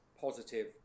positive